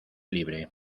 libre